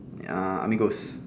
uh amigos